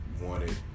wanted